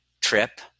trip